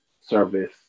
service